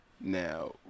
Now